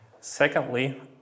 Secondly